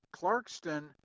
Clarkston